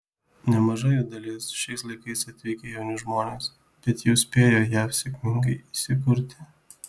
nemaža jų dalis šiais laikais atvykę jauni žmonės bet jau spėję jav sėkmingai įsikurti